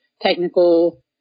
technical